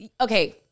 okay